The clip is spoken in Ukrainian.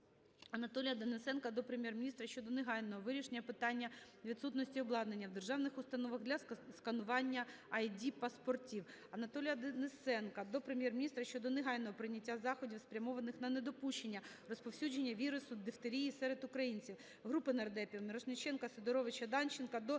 Анатолія Денисенка до Прем'єр-міністра щодо негайного вирішення питання відсутності обладнання в державних установах для сканування ID-паспортів. Анатолія Денисенка до Прем'єр-міністра щодо негайного прийняття заходів спрямованих на недопущення розповсюдження вірусу дифтерії серед українців. Групи народних депутатів (Мірошніченка, Сидоровиича, Данченка) до